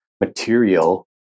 material